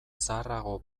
zaharrago